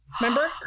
remember